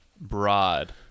broad